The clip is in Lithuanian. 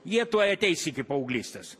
jie tuoj ateis iki paauglystės